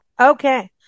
Okay